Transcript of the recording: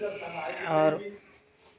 और